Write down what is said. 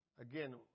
again